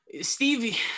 Stevie